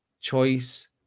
choice